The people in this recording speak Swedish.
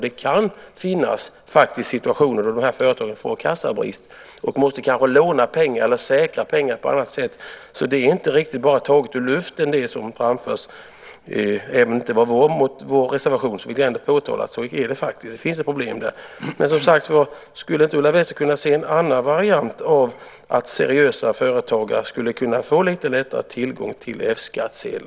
Det kan finnas situationer när dessa företag får kassabrist och måste kanske låna pengar eller säkra pengar på annat sätt. Så det som framförs är inte bara taget ur luften. Även om det inte var vår reservation vill jag ändå påtala hur det är. Det finns alltså ett problem där. Men skulle inte Ulla Wester kunna tänka sig en annan variant så att seriösa företagare lättare skulle kunna få tillgång till F-skattsedel?